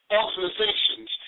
organizations